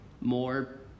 more